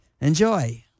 Enjoy